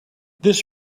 this